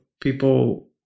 people